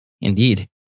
Indeed